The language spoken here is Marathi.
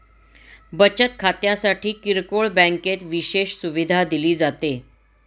बचत खात्यासाठी किरकोळ बँकेत विशेष सुविधा दिली जाते